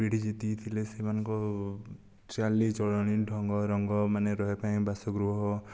ପିଢ଼ି ଯେତିକି ଥିଲେ ସେମାନଙ୍କ ଚାଲି ଚଳଣି ଢଙ୍ଗ ରଙ୍ଗ ମାନେ ରହିବା ପାଇଁ ବାସଗୃହ